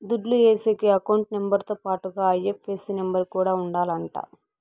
దుడ్లు ఏసేకి account number తో పాటుగా ఐ.ఎఫ్.ఎస్.సి నెంబర్ కూడా ఉండాలంట